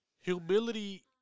humility